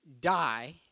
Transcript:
die